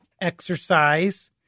exercise